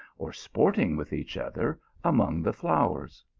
or sporting with each other among the flowers?